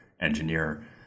engineer